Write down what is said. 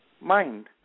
mind